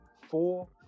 four